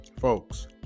folks